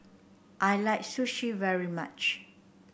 I like Sushi very much